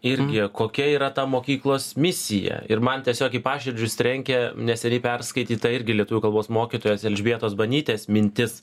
irgi kokia yra ta mokyklos misija ir man tiesiog į paširdžius trenkė neseniai perskaityta irgi lietuvių kalbos mokytojos elžbietos banytės mintis